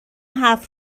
حرف